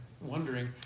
wondering